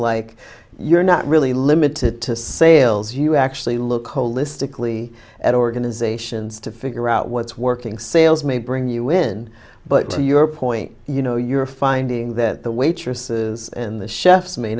like you're not really limited to sales you actually look holistically at organizations to figure out what's working sales may bring you in but to your point you know you're finding that the waitresses and the chefs may